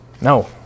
No